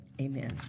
amen